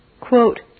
Quote